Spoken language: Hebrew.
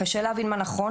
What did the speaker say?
קשה להבין מה נכון,